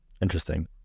Interesting